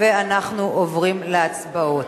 ואנחנו עוברים להצבעות.